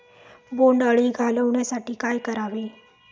बोंडअळी घालवण्यासाठी काय करावे?